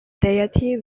deity